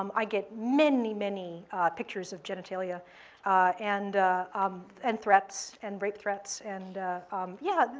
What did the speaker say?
um i get many, many pictures of genitalia and um and threats and rape threats. and um yeah,